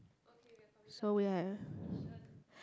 so we have